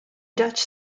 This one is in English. dutch